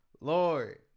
Lord